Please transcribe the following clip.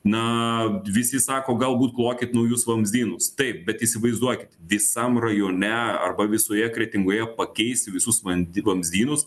na visi sako galbūt klokit naujus vamzdynus taip bet įsivaizduokit visam rajone arba visoje kretingoje pakeisti visus vandi vamzdynus